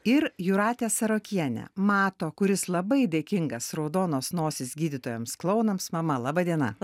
ir jūratė sarakienė mato kuris labai dėkingas raudonos nosys gydytojams klounams mama laba diena